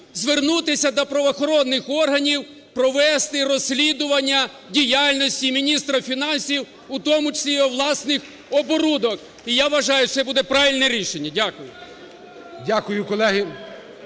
звернутися до правоохоронних органів провести розслідування діяльності міністра фінансів, в тому числі його власних оборудок. І я вважаю, що це буде правильне рішення. Дякую. ГОЛОВУЮЧИЙ.